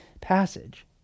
passage